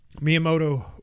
Miyamoto